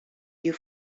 you